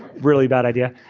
really bad idea.